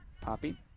Poppy